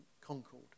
Concord